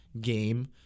game